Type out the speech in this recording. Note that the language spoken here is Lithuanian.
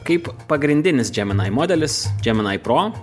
kaip pagrindinis džeminai modelis džeminai pro